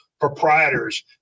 proprietors